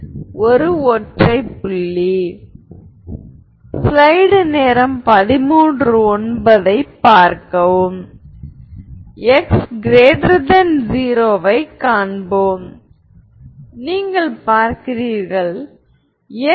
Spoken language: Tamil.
முதல் ப்ரோபேர்ட்டியில் λ எப்போதும் உண்மையானது எனவே vv